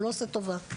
הוא לא עושה טובה.